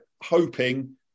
hoping